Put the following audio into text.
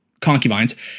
concubines